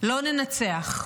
לא ננצח.